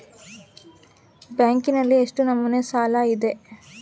ಬ್ಯಾಂಕಿನಲ್ಲಿ ಎಷ್ಟು ನಮೂನೆ ಸಾಲ ಇದೆ?